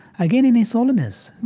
again, in his holiness,